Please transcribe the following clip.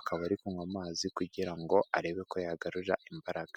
akaba ari kunywa amazi kugira ngo arebe ko yagarura imbaraga.